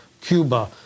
Cuba